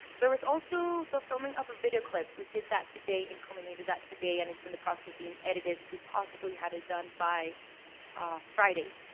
there was also the filming of a video clip. we did that today and culminated that today and it's in the process of being edited to possibly have it done by friday,